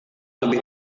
lebih